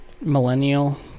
millennial